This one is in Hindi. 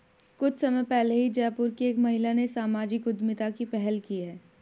कुछ समय पहले ही जयपुर की एक महिला ने सामाजिक उद्यमिता की पहल की है